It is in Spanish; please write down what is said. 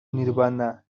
nirvana